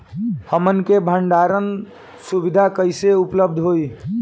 हमन के भंडारण सुविधा कइसे उपलब्ध होई?